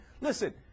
Listen